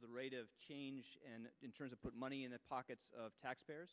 of the rate of change and in terms of put money in the pockets of taxpayers